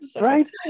right